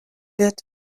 wird